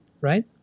right